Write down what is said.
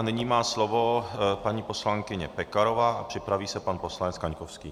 Nyní má slovo paní poslankyně Pekarová a připraví se pan poslanec Kaňkovský.